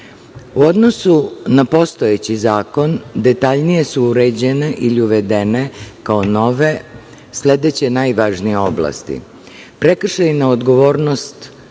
odnosu na postojeći zakon su detaljnije uređene ili uvedene kao nove sledeće najvažnije oblasti